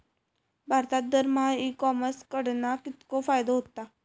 भारतात दरमहा e commerce कडणा कितको फायदो होता?